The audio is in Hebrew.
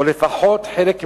או לפחות חלק מהן.